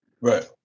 Right